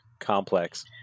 complex